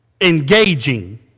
engaging